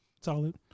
Solid